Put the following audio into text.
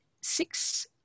six